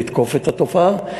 לתקוף את התופעה,